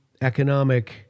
economic